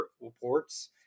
reports